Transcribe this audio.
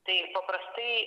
tai paprastai